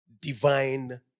Divine